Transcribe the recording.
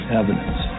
evidence